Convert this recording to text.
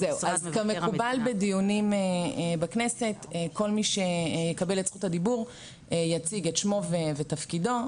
כמקובל בדיונים בכנסת כל מי שמקבל את זכות הדיבור יציג את שמו ותפקידו,